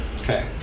Okay